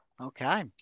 Okay